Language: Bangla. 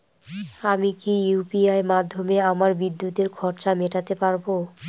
আমি কি ইউ.পি.আই মাধ্যমে আমার বিদ্যুতের খরচা মেটাতে পারব?